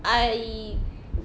I